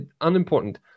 unimportant